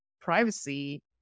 privacy